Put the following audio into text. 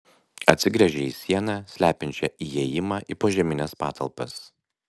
atsigręžė į sieną slepiančią įėjimą į požemines patalpas